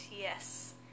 yes